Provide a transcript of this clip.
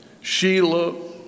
Sheila